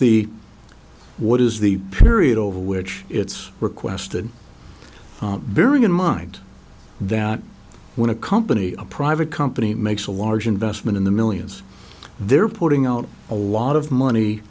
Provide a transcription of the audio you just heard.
the what is the period over which it's requested bearing in mind that when a company a private company makes a large investment in the millions they're putting out a lot of money